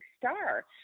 star